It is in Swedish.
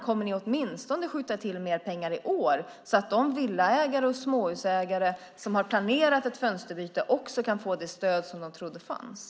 Kommer regeringen att skjuta till mer pengar åtminstone i år så att de villaägare och småhusägare som planerat ett fönsterbyte kan få det stöd som de trodde fanns?